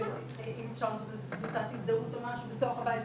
אם אפשר לעשות קבוצת הזדהות או משהו בתוך הבית,